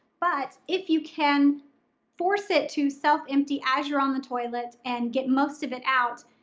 but if you can force it to self empty as you're on the toilet and get most of it out,